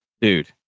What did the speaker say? Dude